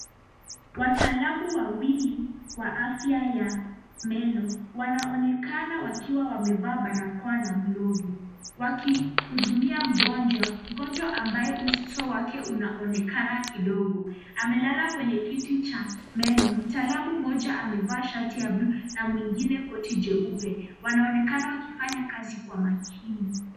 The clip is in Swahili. Wataalamu wawili wa afya ya meno wanaonekana wakiwa wamevaa barakoa na glovu wakihudumia mgonjwa. Mgonjwa ambaye uso wake unaonekana kidogo. Amelala kwenye kiti cha meno. Mtaalamu mmoja amevaa shati ya buluu na mwingine koti jeupe wanaonekana wakifanya kazi kwa makini.